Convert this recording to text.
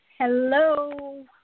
Hello